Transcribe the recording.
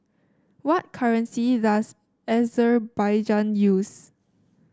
what currency does Azerbaijan use